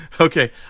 Okay